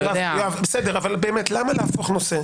יואב, בסדר אבל באמת למה להפוך נושא?